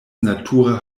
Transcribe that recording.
natura